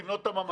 לבנות את הממ"ד.